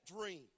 dream